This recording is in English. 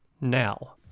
now